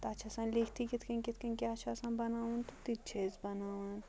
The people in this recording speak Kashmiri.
تَتھ چھِ آسان لیٖکھتی کِتھٕ کٔنۍ کِتھٕ کٔنۍ کیٛاہ چھُ آسان بَناوُن تہٕ تِتہِ چھِ أسۍ بَناوان